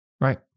Right